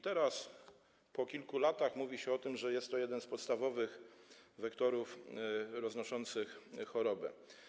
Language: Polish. Teraz, po kilku latach, mówi się o tym, że jest to jeden z podstawowych wektorów roznoszenia choroby.